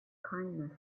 kindness